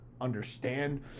understand